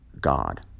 god